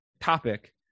topic